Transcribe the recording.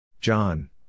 John